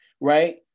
right